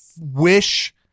wish